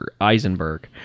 Eisenberg